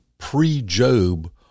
pre-Job